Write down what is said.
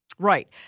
Right